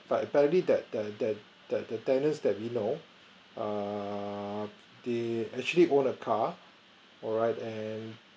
but apparently that the the the the the tenants that we know err they actually own a car alright and